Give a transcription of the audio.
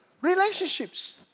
relationships